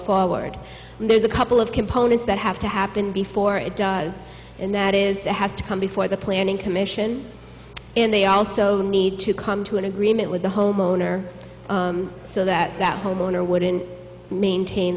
forward there's a couple of components that have to happen before it does and that is the has to come before the planning commission and they also need to come to an agreement with the homeowner so that homeowner wouldn't maintain